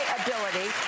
ability